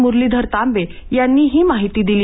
मुरलीधर तांबे यांनी ही माहिती दिली